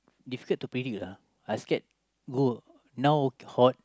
difficult to predict lah I scared go now hot